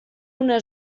una